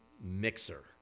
mixer